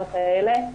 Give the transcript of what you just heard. לדילמות האלה?